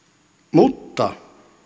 mutta